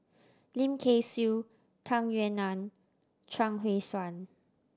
Lim Kay Siu Tung Yue Nang Chuang Hui Tsuan